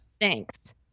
thanks